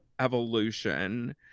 evolution